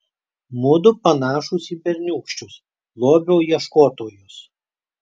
mudu panašūs į berniūkščius lobio ieškotojus